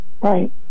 Right